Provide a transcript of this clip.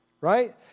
right